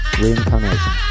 Reincarnation